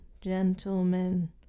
gentlemen